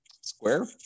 square